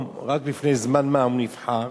רק לפני זמן מה הוא נבחר,